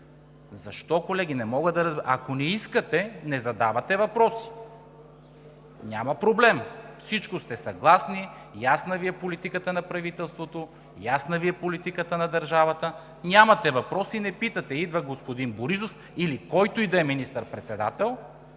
Защо, колеги? Не мога да разбера. Ако не искате, не задавате въпроси – няма проблем. С всичко сте съгласни, ясна Ви е политиката на правителството, ясна Ви е политиката на държавата, нямате въпроси и не питате. Идва господин Борисов или който и да е министър-председател,